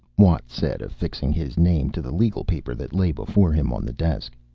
watt said, affixing his name to the legal paper that lay before him on the desk.